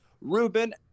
Ruben